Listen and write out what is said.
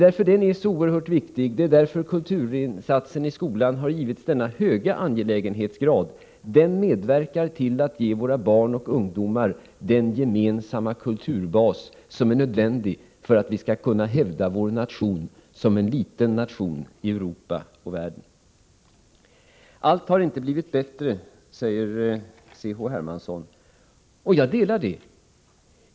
Den är oerhört viktig, och därför har den givits en hög angelägenhetsgrad. Kultursatsningen i skolan medverkar till att ge våra barn och ungdomar den gemensamma kulturbas som är nödvändig för att Sverige som en liten nation skall kunna hävda sig i Europa och i världen. Allt har inte blivit bättre, säger C.-H. Hermansson. Jag delar den uppfattningen.